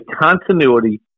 continuity